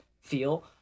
feel